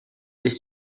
des